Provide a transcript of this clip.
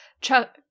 Chuck